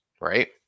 right